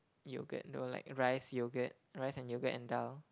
yogurt know like rice yogurt rice and yogurt and dahl